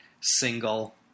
single